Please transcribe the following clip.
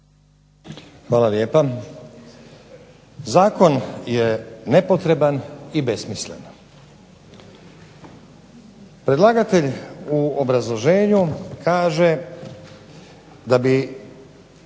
Hvala lijepa. Zakon je nepotreban i besmislen. Predlagatelj u obrazloženju kaže da bi